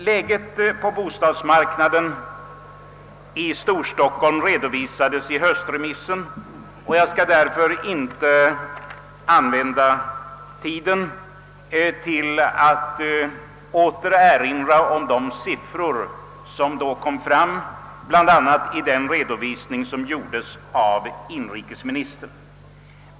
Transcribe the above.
Läget på bostadsmarknaden i Storstockholm redovisades i höstremissen, och jag skall därför inte använda tiden till att erinra om de siffror som där framlades, bl.a. i den redovisning som gjordes av inrikesministern.